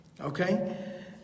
Okay